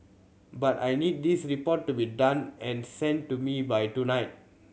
but I need this report to be done and sent to me by tonight